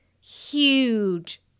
huge